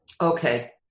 Okay